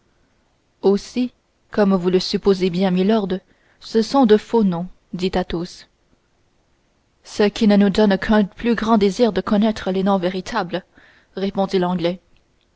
aussi comme vous le supposez bien milord ce sont de faux noms dit athos ce qui ne nous donne qu'un plus grand désir de connaître les noms véritables répondit